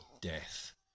death